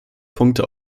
punkte